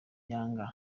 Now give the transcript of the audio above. yanga